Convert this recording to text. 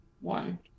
one